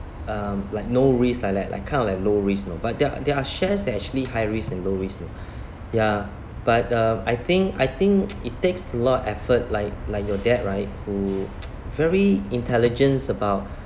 um like no risk like like like kind of like low risk you know but there are there are shares that actually high risk and low risk you know ya but uh I think I think it takes a lot effort like like your dad right who very intelligent about